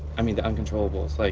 i mean, the uncontrollable. it's like,